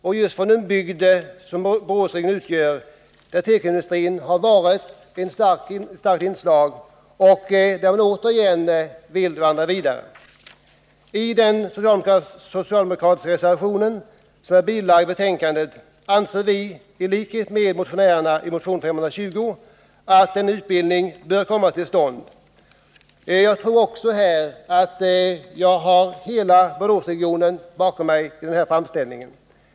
I Boråsregionen har tekoindustrin utgjort ett starkt inslag i näringslivet, och man vill nu i regionen bygga 135 vidare på den näringsgrenen. I den socialdemokratiska reservationen anförs, i likhet med vad som sker i motionen 520, att den föreslagna utbildningen bör komma till stånd. Jag tror att jag har hela Boråsregionen bakom mig när det gäller denna framställning.